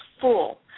full